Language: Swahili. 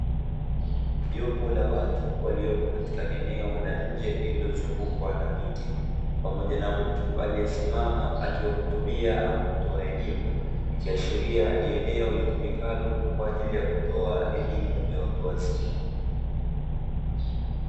Jopo la watu waliopo katika eneo la nje lililozungukwa na miti, pamoja na mtu aliyesimama akiwahutubia ama kutoa elimu. Kisheria ni eneo litumikalo kwa ajili ya kutoa elimu ya watu wazima